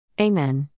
Amen